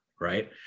Right